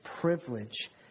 privilege